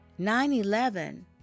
9-11